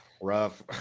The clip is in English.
Rough